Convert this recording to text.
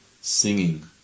singing